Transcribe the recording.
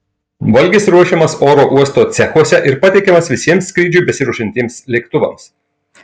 valgis ruošiamas oro uosto cechuose ir pateikiamas visiems skrydžiui besiruošiantiems lėktuvams